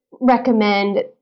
recommend